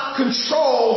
control